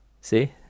See